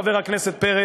חבר הכנסת פרץ,